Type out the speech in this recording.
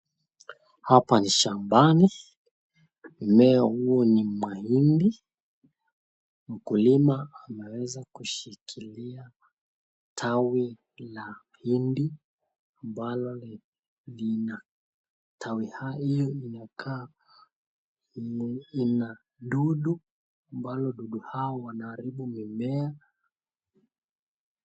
Hapa ni shambani, mimea huu ni mahindi, mkulima anaweza kushikilia tawi la hindi ambalo lina tawi hayo linakaa lina dudu ambalo dudu hao wanaharibu mimea.